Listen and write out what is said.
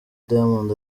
diamond